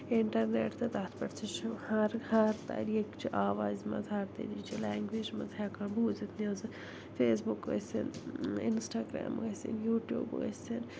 internet تہٕ تتھ پٮ۪ٹھ تہِ چھُ ہر ہر طریٖقچہِ آوازِ منٛز ہر طریٖچہِ لٮ۪نٛگویجہِ منٛز ہٮ۪کان بوزِتھ نِوزٕ فیس بُک ٲسٕنۍ اِنسٹاگرام ٲسِنۍ یوٗٹوب ٲسِنۍ